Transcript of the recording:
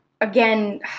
again